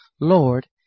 Lord